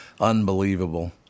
Unbelievable